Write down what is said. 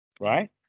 Right